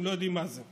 הם לא יודעים מה זה.